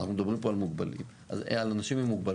ואנחנו מדברים פה על אנשים עם מוגבלות,